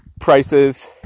prices